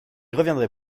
reviendrai